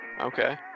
okay